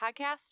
Podcast